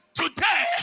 today